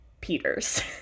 Peters